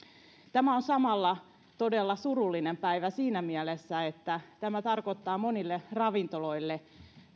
tämä on samalla todella surullinen päivä siinä mielessä että tämä tarkoittaa monille ravintoloille